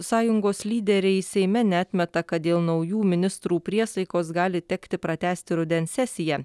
sąjungos lyderiai seime neatmeta kad dėl naujų ministrų priesaikos gali tekti pratęsti rudens sesiją